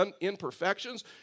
imperfections